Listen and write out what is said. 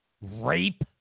rape